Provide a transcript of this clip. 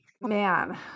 Man